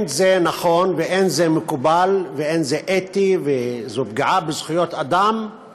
זה לא נכון וזה לא מקובל וזה לא אתי וזאת פגיעה בזכויות אדם להעניש